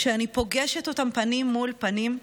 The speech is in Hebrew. כשאני פוגשת אותם פנים מול פנים,